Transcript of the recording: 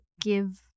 give